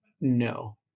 no